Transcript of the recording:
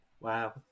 Wow